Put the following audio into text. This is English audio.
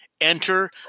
enter